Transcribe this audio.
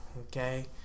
okay